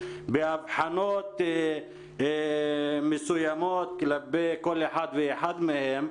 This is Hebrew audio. באבחנות מסוימות כלפי כל אחד ואחד מהם,